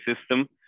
system